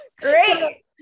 Great